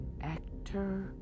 actor